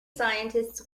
scientists